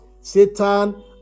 satan